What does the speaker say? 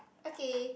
okay